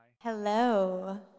Hello